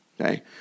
okay